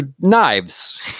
knives